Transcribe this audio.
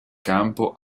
campo